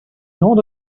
not